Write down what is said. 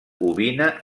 ovina